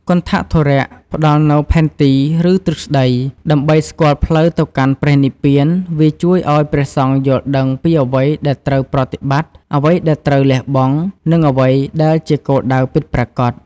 គន្ថធុរៈ ផ្តល់នូវ ផែនទី ឬទ្រឹស្តី ដើម្បីស្គាល់ផ្លូវទៅកាន់ព្រះនិព្វាន វាជួយឱ្យព្រះសង្ឃយល់ដឹងពីអ្វីដែលត្រូវប្រតិបត្តិ អ្វីដែលត្រូវលះបង់ និងអ្វីដែលជាគោលដៅពិតប្រាកដ។